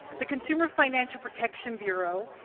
the consumer financial protection bureau,